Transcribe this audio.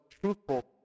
truthful